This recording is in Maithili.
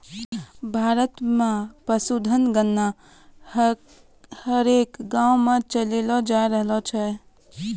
भारत मे पशुधन गणना हरेक गाँवो मे चालाय रहलो छै